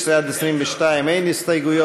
16 עד 22, אין הסתייגויות.